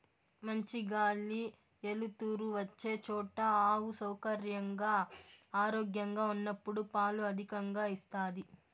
మంచి గాలి ఎలుతురు వచ్చే చోట ఆవు సౌకర్యంగా, ఆరోగ్యంగా ఉన్నప్పుడు పాలు అధికంగా ఇస్తాది